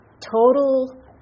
total